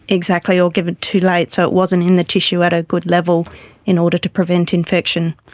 exactly, or given too late, so it wasn't in the tissue at a good level in order to prevent infection.